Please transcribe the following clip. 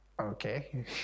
okay